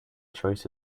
choice